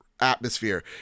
Atmosphere